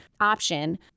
option